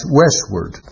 westward